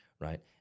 right